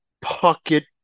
pocket